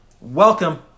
Welcome